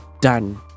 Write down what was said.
done